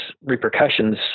repercussions